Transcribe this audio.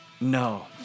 no